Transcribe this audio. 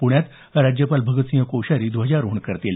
प्ण्यात राज्यपाल भगतसिंग कोश्यारी ध्वजारोहण करतील